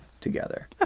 together